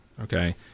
Okay